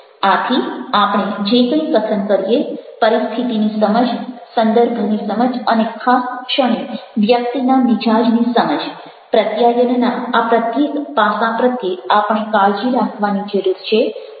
આથી આપણે જે કંઈ કથન કરીએ પરિસ્થિતિની સમજ સંદર્ભની સમજ અને ખાસ ક્ષણે વ્યક્તિના મિજાજની સમજ પ્રત્યાયનના આ પ્રત્યેક પાસા પ્રત્યે આપણે કાળજી રાખવાની જરૂર છે